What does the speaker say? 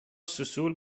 سوسول